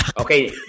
Okay